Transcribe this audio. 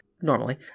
normally